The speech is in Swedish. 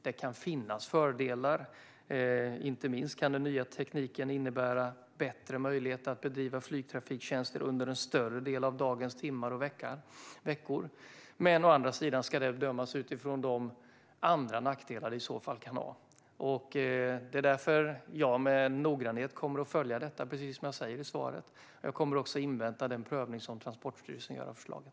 Det kan finnas fördelar. Inte minst kan den nya tekniken innebära bättre möjlighet att bedriva flygtrafiktjänster under en större del av dagens och veckans timmar. Å andra sidan ska det bedömas utifrån de andra nackdelar det i så fall kan ha. Det är därför jag med noggrannhet kommer att följa detta, precis som jag säger i svaret. Jag kommer också att invänta den prövning som Transportstyrelsen gör av förslaget.